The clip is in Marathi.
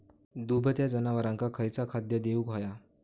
दुभत्या जनावरांका खयचा खाद्य देऊक व्हया?